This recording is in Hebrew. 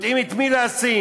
יודעים את מי לשים,